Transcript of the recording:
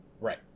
Right